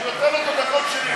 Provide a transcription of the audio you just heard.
סמוטריץ, אני נותן לו את הדקות שלי.